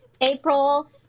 April